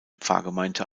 pfarrgemeinde